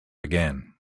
again